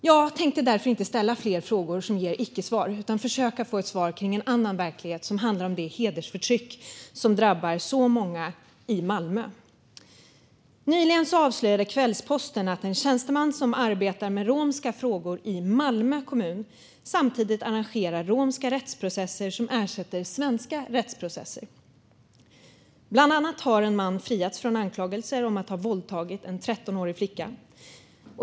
Jag tänker därför inte ställa fler frågor som får icke-svar utan försöka få svar om en annan verklighet som handlar om det hedersförtryck som drabbar så många i Malmö. Nyligen avslöjade Kvällsposten att en tjänsteman som arbetar med romska frågor i Malmö kommun samtidigt arrangerar romska rättsprocesser som ersätter svenska rättsprocesser. Bland annat har en man friats från anklagelser om att ha våldtagit en 13-årig flicka.